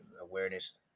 awareness